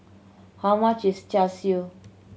how much is Char Siu